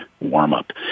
warm-up